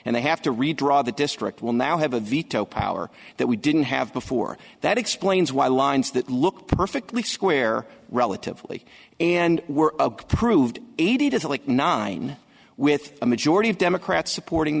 and they have to redraw the district will now have a veto power that we didn't have before that explains why lines that looked perfectly square relatively and were approved eighty to the like nine with a majority of democrats supporting